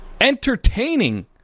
entertaining